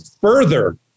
further